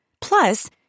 Plus